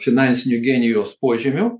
finansinio genijaus požymių